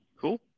Cool